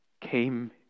came